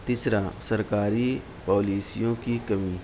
تیسرا سرکاری پالیسیوں کی کمی